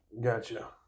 Gotcha